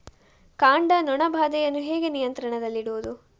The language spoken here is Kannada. ಕಾಂಡ ನೊಣ ಬಾಧೆಯನ್ನು ಹೇಗೆ ನಿಯಂತ್ರಣದಲ್ಲಿಡುವುದು?